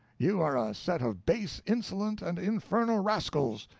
you are a set of base, insolent, and infernal rascals.